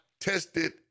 tested